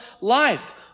life